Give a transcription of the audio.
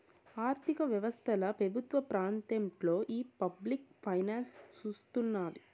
ఆర్థిక వ్యవస్తల పెబుత్వ పాత్రేంటో ఈ పబ్లిక్ ఫైనాన్స్ సూస్తున్నాది